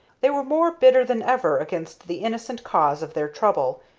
they were more bitter than ever against the innocent cause of their trouble,